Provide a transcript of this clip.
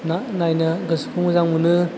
ना नायनो गोसोखौ मोजां मोनो